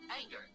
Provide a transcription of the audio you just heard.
anger